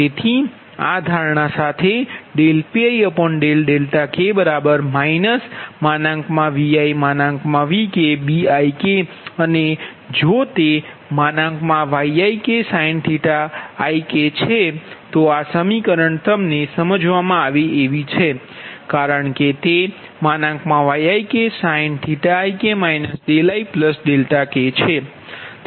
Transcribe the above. તેથી આ ધારણા સાથે Pik ViVkBik અને જોતે Yiksin⁡ છે તો આ સમીકરણ તમને સમજમા આવે એવી છે કારણકે તેYiksin ik ikછે